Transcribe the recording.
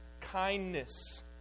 kindness